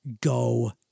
go